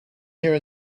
here